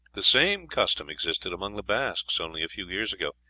the same custom existed among the basques only a few years ago.